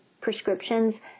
prescriptions